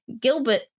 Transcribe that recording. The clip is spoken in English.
Gilbert